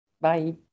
Bye